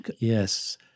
Yes